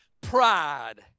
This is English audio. pride